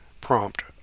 prompt